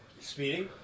Speeding